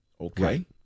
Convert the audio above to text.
Okay